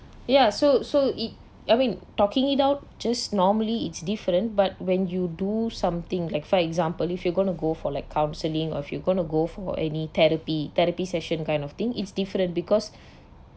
ya so so it I mean talking it out just normally it's different but when you do something like for example if you going to go for like counseling or you going to go for any therapy therapy session kind of thing it's different because